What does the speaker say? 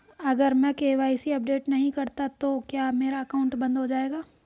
अगर मैं KYC update नहीं करता तो क्या मेरा अकाउंट बंद हो जाएगा?